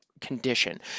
condition